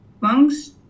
Monks